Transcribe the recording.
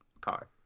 car